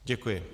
Děkuji.